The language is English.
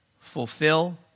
fulfill